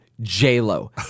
J-Lo